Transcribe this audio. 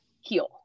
heal